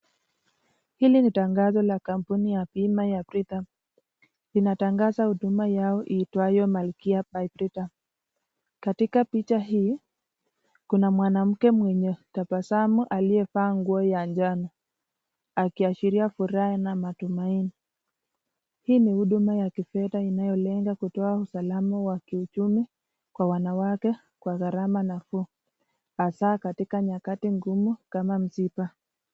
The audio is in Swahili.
Hili ni tangazo la kampuni ya Fima ya Britam. Linatangaza huduma yao iitwayo Malkia by Britam. Katika picha hii kuna mwanamke mwenye tabasamu aliyefaa nguo ya njano akiashiria furaha na matumaini. Hii ni huduma ya kifedha inayolenga kutoa usalama wa kiuchumi kwa wanawake kwa gharama nafuu. Hasa katika nyakati ngumu kama msiba.